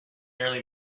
earlier